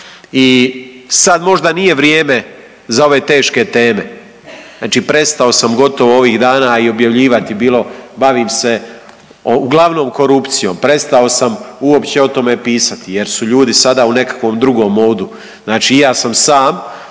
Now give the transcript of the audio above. i sada možda nije vrijeme za ove teške teme. Znači prestao sam gotovo ovih dana i objavljivati bilo, bavim se uglavnom korupcijom. Prestao sam uopće o tome pisati jer su ljudi sada u nekakvom drugom modu, znači i ja sam sam.